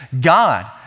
God